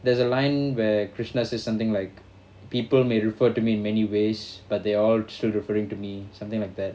there's a line where krishna says something like people may refer to me in many ways but they are all still referring to me something like that